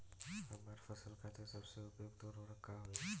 हमार फसल खातिर सबसे उपयुक्त उर्वरक का होई?